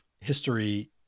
history